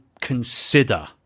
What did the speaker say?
consider